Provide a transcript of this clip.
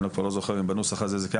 אני כבר לא זוכר אם בנוסח הזה זה קיים.